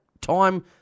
time